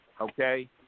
Okay